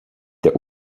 der